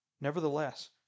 Nevertheless